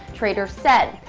traders said.